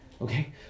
Okay